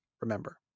remember